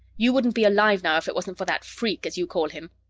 you wouldn't be alive now if it wasn't for that freak, as you call him.